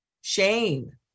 shame